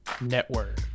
network